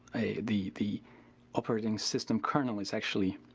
the, the operating system kernel is actually